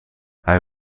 hij